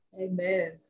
Amen